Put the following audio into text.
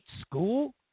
school